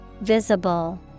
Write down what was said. Visible